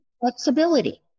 flexibility